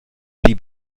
pli